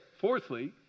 Fourthly